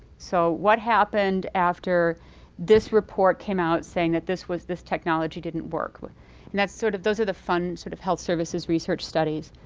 so what happened after this report came out saying that this was this technology didn't work. and that's sort of those are the fun sort of health services research studies.